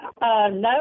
No